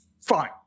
Fine